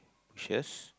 cheers